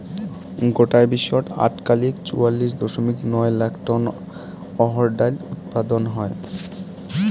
গোটায় বিশ্বত আটকালিক চুয়াল্লিশ দশমিক নয় লাখ টন অহর ডাইল উৎপাদন হয়